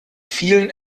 vielen